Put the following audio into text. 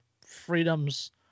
freedoms